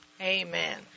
Amen